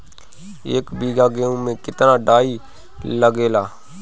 एक बीगहा गेहूं में केतना डाई लागेला?